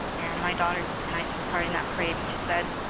and my daughter and i took part in that parade and she said,